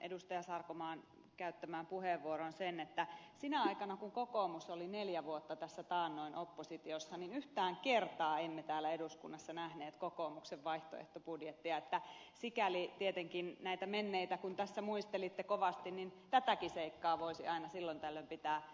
sarkomaan käyttämään puheenvuoroon sen että sinä aikana kun kokoomus oli neljä vuotta tässä taannoin oppositiossa yhtään kertaa emme täällä eduskunnassa nähneet kokoomuksen vaihtoehtobudjettia niin että sikäli tietenkin kun näitä menneitä tässä muistelitte kovasti niin tätäkin seikkaa voisi aina silloin tällöin pitää esillä